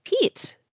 Pete